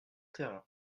thérain